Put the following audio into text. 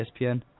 ESPN